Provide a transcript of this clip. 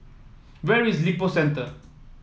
where is Lippo Centre